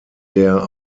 der